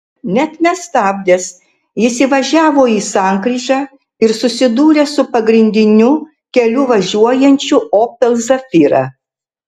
net nestabdęs jis įvažiavo į sankryžą ir susidūrė su pagrindiniu keliu važiuojančiu opel zafira